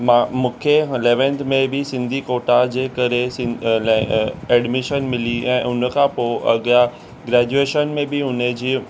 मां मूंखे इलेवेंथ में बि सिंधी कोटा जे करे सिंधी एडमिशन मिली ऐं उन खां पोइ अॻियां ग्रेजुएशन में बि हुन जी